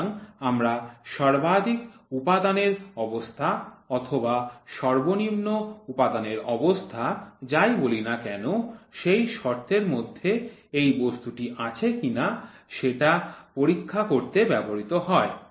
সুতরাং আমরা সর্বাধিক উপাদানের অবস্থা অথবা সর্বনিম্ন উপাদানের অবস্থা যাই বলি না কেন সেই শর্তের মধ্য়ে এই বস্তুটি আছে কিনা সেটি পরীক্ষা করতে ব্যবহৃত হয়